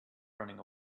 running